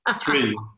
Three